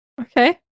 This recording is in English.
okay